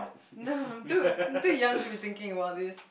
no dude I'm too young to be thinking about this